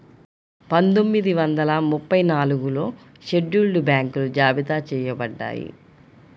పందొమ్మిది వందల ముప్పై నాలుగులో షెడ్యూల్డ్ బ్యాంకులు జాబితా చెయ్యబడ్డాయి